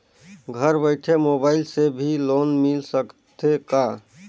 घर बइठे मोबाईल से भी लोन मिल सकथे का?